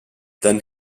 then